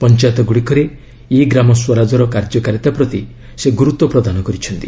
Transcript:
ପଞ୍ଚାୟତଗୁଡ଼ିକରେ 'e Gram ସ୍ୱରାଜ'ର କାର୍ଯ୍ୟକାରିତା ପ୍ରତି ସେ ଗୁରୁଡ୍ୱ ପ୍ରଦାନ କରିଛନ୍ତି